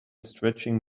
stretching